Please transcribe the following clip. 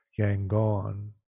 Yangon